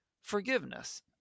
forgiveness